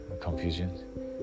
confusion